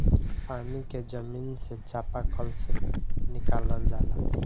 पानी के जमीन से चपाकल से निकालल जाला